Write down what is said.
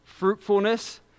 fruitfulness